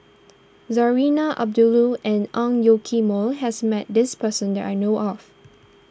Zarinah Abdullah and Ang Yoke Mooi has met this person that I know of